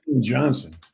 Johnson